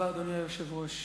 היושב-ראש,